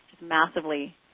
massively